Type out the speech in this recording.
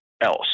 else